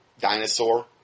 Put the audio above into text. Dinosaur